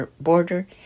border